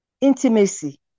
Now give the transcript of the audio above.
Intimacy